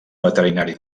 veterinari